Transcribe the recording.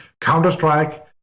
Counter-Strike